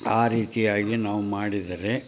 ಆ ರೀತಿಯಾಗಿ ನಾವು ಮಾಡಿದರೆ